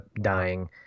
dying